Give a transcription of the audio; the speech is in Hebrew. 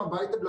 בקורונה.